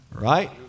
Right